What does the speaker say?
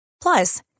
Plus